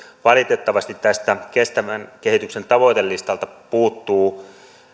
valitettavasti tästä kestävän kehityksen tavoitelistalta puuttuu